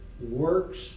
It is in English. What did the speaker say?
works